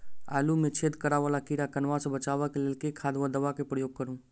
आलु मे छेद करा वला कीड़ा कन्वा सँ बचाब केँ लेल केँ खाद वा दवा केँ प्रयोग करू?